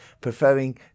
preferring